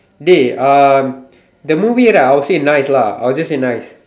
dey uh the movie right I will say nice lah I will just say nice